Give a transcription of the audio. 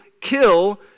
kill